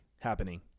happening